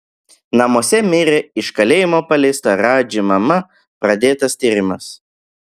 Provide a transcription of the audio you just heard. namuose mirė iš kalėjimo paleista radži mama pradėtas tyrimas